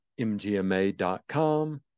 mgma.com